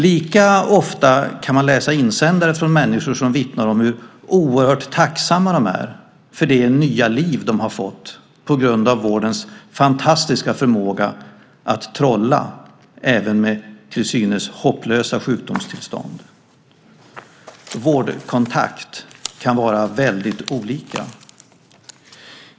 Lika ofta kan man läsa insändare från människor som vittnar om hur oerhört tacksamma de är för det nya liv de har fått på grund av vårdens fantastiska förmåga att trolla även med till synes hopplösa sjukdomstillstånd. Vårdkontakt kan vara väldigt olika.